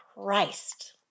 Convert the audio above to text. Christ